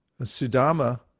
Sudama